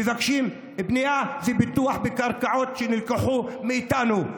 מבקשים בנייה ופיתוח בקרקעות שנלקחו מאתנו.